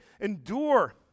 endure